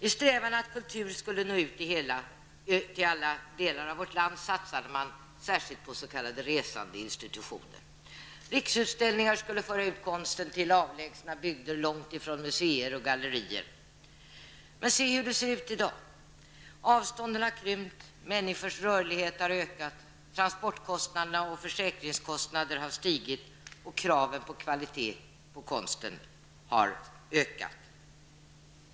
I strävan att kultur skulle nå ut till alla delar av vårt land satsade man särskilt på s.k. resande institutioner. Riksutställningar skulle föra ut konsten till avlägsna bygder långt från museer och gallerier. Men hur ser det ut i dag? Avstånden har krympt och människors rörlighet har ökat, transportkostnader och försäkringskostnader har stigit och kvalitetskraven på konst har ökat.